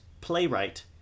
playwright